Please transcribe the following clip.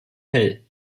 hell